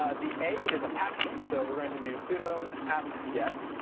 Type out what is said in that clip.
ah the a is apache. so we're going to do sudo apt get.